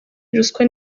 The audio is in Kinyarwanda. ruswa